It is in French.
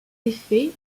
effet